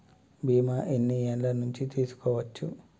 బీమా ఎన్ని ఏండ్ల నుండి తీసుకోవచ్చు?